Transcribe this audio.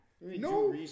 No